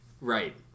Right